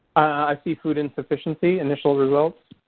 i see food insufficiency initial results.